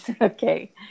Okay